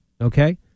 Okay